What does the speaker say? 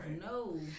no